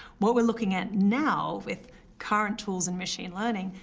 what we're looking at now, with current tools and machine learning,